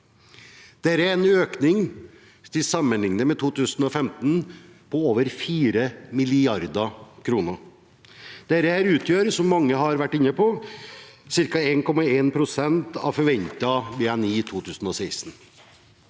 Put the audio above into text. Dette er en økning – til sammenligning med 2015 – på over 4 mrd. kr. Dette utgjør, som mange har vært inn på, ca. 1,1 pst. av forventet BNI i 2016.